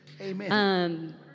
Amen